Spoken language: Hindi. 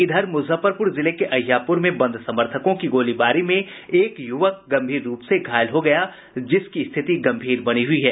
इधर मुजफ्फरपुर जिले के अहियापुर में बंद समर्थकों की गोलीबारी में एक युवक गम्भीर रूप से घायल हो गया जिसकी स्थिति गम्भीर बनी हुई है